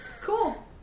Cool